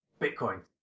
Bitcoin